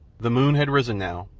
the moon had risen now,